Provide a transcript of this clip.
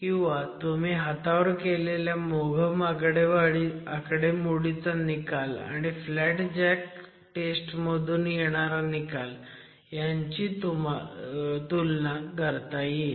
किंवा तुम्ही हातावर केलेल्या मोघम आकडेमोडीचा निकाल आणि फ्लॅट जॅक टेस्ट मधून येणारा निकाल ह्यांची तुलना तुम्हाला करता येईल